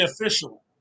official